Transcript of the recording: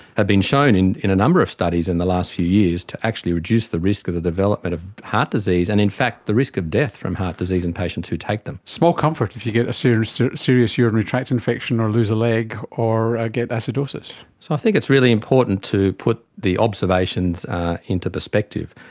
have been shown in in a number of studies in the last few years to actually reduce the risk of the development of heart disease, and in fact the risk of death from heart disease in patients who take them. small comfort if you get a serious serious urinary tract infection or lose a leg or ah get acidosis. so i think it's really important to put the observations into perspective.